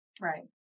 right